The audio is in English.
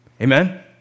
Amen